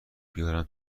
بیارم